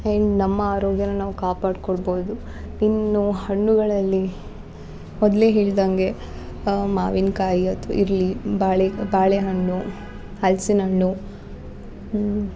ಹೇ ನಮ್ಮ ಆರೋಗ್ಯನ ನಾವು ಕಾಪಾಡ್ಕೊಳ್ಬೌದು ಇನ್ನು ಹಣ್ಣುಗಳಲ್ಲಿ ಮೊದಲೇ ಹೇಳಿದಂಗೆ ಮಾವಿನಕಾಯಿ ಅಥ್ವ ಇರಲಿ ಬಾಳಿ ಬಾಳೆಹಣ್ಣು ಹಲ್ಸಿನಣ್ಣು ಹ್ಞೂ